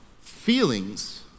Feelings